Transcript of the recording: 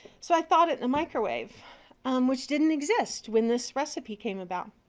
so i thawed it in a microwave which didn't exist when this recipe came about.